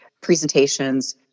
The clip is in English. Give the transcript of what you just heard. presentations